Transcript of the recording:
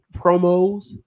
promos